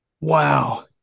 Wow